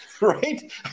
Right